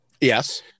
Yes